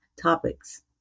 topics